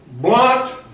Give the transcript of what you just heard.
blunt